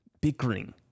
bickering